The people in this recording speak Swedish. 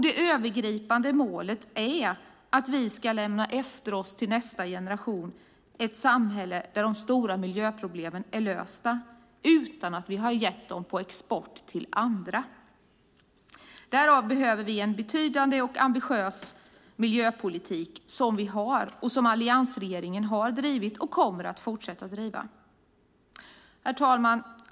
Det övergripande målet är att vi till nästa generation ska lämna efter oss ett samhälle där de stora miljöproblemen är lösta utan att vi exporterat dem till andra. Därför behöver vi en betydande och ambitiös miljöpolitik, vilket vi har, något som alliansregeringen har drivit och kommer att fortsätta att driva. Herr talman!